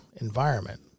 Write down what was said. environment